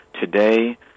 today